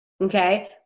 Okay